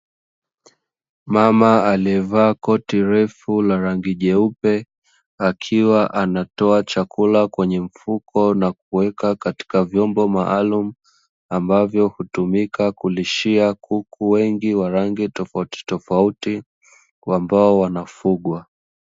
Mama aliyevaa koti refu la rangi nyeupe, akiwa anatoa chakula kwenye mfuko na kuweka katika vyombo maalumu, ambavyo hutumika kulishia kuku wengi wa rangi tofautitofauti; ambao wanafugwa.